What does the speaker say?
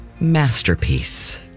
Masterpiece